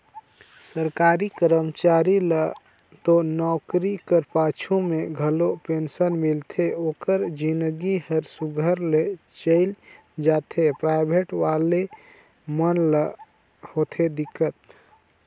सरकारी करमचारी ल तो नउकरी कर पाछू में घलो पेंसन मिलथे ओकर जिनगी हर सुग्घर ले चइल जाथे पराइबेट वाले मन ल होथे दिक्कत